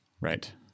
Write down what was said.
right